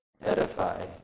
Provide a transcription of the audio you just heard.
edify